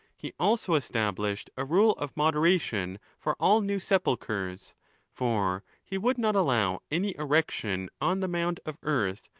he also established a rule of moderation for all new sepulchres for he would not allow any erection on the mound of earth,